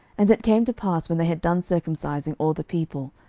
and it came to pass, when they had done circumcising all the people,